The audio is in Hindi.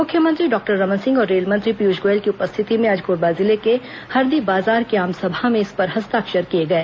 मुख्यमंत्री डॉक्टर रमन सिंह और रेल मंत्री पीयूष गोयल की उपस्थिति में आज कोरबा जिले के हदरीबाजार की आमसभा में इस पर हस्ताक्षर किए गए